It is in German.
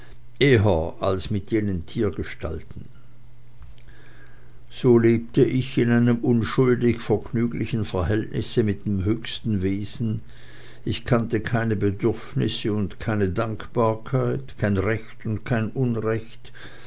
eher als mit jenen tiergestalten so lebte ich in einem unschuldig vergnüglichen verhältnisse mit dem höchsten wesen ich kannte keine bedürfnisse und keine dankbarkeit kein recht und kein unrecht